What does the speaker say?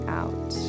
out